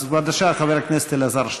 בבקשה, חבר הכנסת אלעזר שטרן.